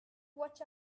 watch